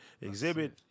Exhibit